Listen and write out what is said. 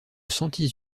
sentis